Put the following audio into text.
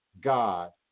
God